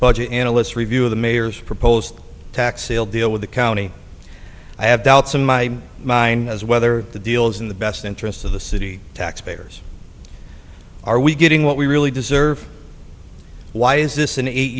budget analysts review of the mayor's proposed tax sale deal with the county i have doubts in my mind as whether the deals in the best interest of the city taxpayers are we getting what we really deserve why is this an eight